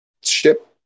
ship